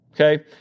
Okay